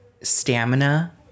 stamina